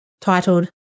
titled